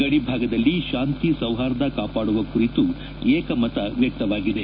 ಗಡಿ ಭಾಗದಲ್ಲಿ ಶಾಂತಿ ಸೌಹಾರ್ದ ಕಾಪಾಡುವ ಕುರಿತು ಏಕಮತ ವ್ಲಕ್ತವಾಗಿದೆ